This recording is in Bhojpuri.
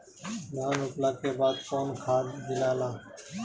धान रोपला के बाद कौन खाद दियाला?